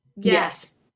Yes